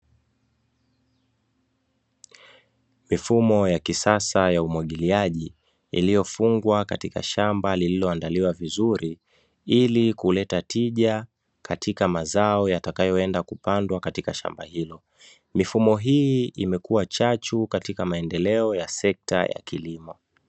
Mifumo ya kisasa ya umwagiliaji iliyofungwa katika shamba lililoandaliwa vizuri ili kuleta tija katika mazao yatakayoenda kupandwa katika shamba hilo, mifumo hii imekua chachu katika maendeleo katika sekta ya kilimo.